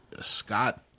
Scott